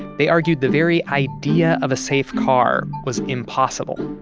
they argued the very idea of a safe car was impossible